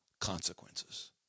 consequences